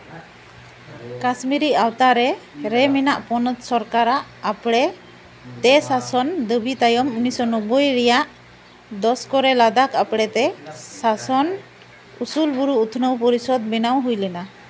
ᱠᱟᱥᱢᱤᱨᱤ ᱟᱣᱛᱟᱨᱮ ᱨᱮ ᱢᱮᱱᱟ ᱯᱚᱱᱚᱛ ᱥᱚᱨᱠᱟᱨᱟᱜ ᱟᱯᱲᱮ ᱛᱮ ᱥᱟᱥᱚᱱ ᱫᱟᱹᱵᱤ ᱛᱟᱭᱚᱢ ᱩᱱᱤᱥᱥᱚ ᱱᱚᱵᱵᱚᱭ ᱨᱮᱭᱟᱜ ᱫᱚᱥ ᱠᱚᱨᱮ ᱞᱟᱫᱟᱠ ᱟᱯᱲᱮᱛᱮ ᱥᱟᱥᱚᱱ ᱩᱥᱩᱞ ᱵᱩᱨᱩ ᱩᱛᱱᱟᱹᱣ ᱯᱚᱨᱤᱥᱚᱫᱽ ᱵᱮᱱᱟᱣ ᱦᱩᱭ ᱞᱮᱱᱟ